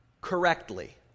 correctly